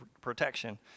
protection